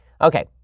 Okay